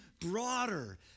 broader